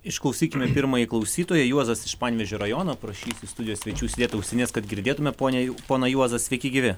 išklausykime pirmąjį klausytoją juozas iš panevėžio rajono prašysiu studijos svečių užsidėt ausines kad girdėtume ponią poną juozą sveiki gyvi